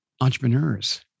entrepreneurs